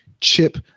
chip